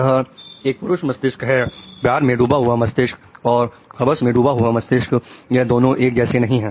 यह एक पुरुष मस्तिष्क है प्यार में डूबा हुआ मस्तिष्क और हवस में डूबा हुआ मस्तिष्क यह दोनों एक जैसे नहीं है